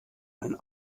ein